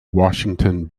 washington